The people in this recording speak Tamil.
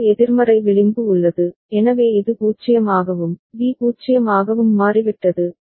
ஒரு எதிர்மறை விளிம்பு உள்ளது எனவே இது 0 ஆகவும் B 0 ஆகவும் மாறிவிட்டது